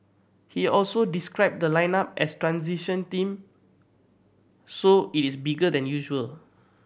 he also described the lineup as transition team so it is bigger than usual